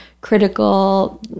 critical